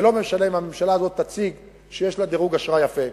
ולא משנה אם הממשלה הזאת תציג שיש לה דירוג אשראי יפה.